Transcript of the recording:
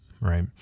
right